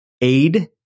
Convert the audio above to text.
aid